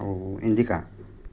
Indica